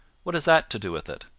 what has that to do with it?